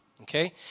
Okay